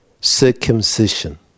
circumcision